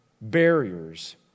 barriers